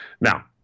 Now